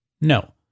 No